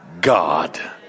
God